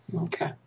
Okay